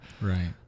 Right